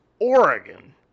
Oregon